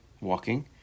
walking